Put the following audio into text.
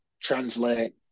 translate